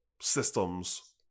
systems